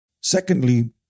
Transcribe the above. Secondly